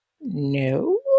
no